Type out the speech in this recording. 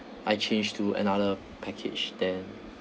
I change to another package then